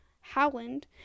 Howland